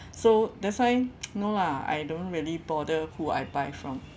so that's why no lah I don't really bother who I buy from